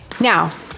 Now